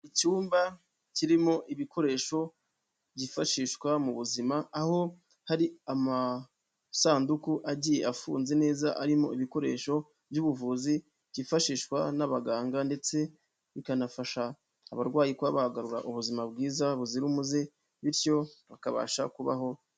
Icyumba kirimo ibikoresho byifashishwa mu buzima, aho hari amasanduku agiye afunze neza arimo ibikoresho by'ubuvuzi byifashishwa n'abaganga, ndetse bikanafasha abarwayi kuba bagarura ubuzima bwiza buzira umuze bityo bakabasha kubaho.